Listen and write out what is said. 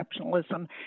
exceptionalism